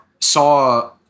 saw